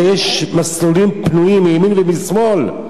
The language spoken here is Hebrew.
הרי יש מסלולים פנויים מימין ומשמאל.